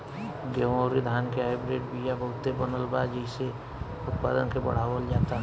गेंहू अउरी धान के हाईब्रिड बिया बहुते बनल बा जेइसे उत्पादन के बढ़ावल जाता